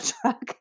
truck